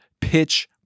pitch